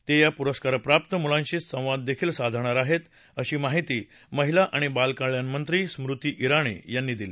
ते या पुरस्कारप्राप्त मुलांशी संवाददेखील साधणार आहेत अशी माहिती महिला आणि बालकल्याण मंत्री स्मृती आणी यांनी दिली